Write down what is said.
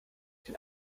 den